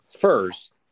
first